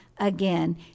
again